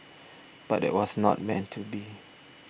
but that was not meant to be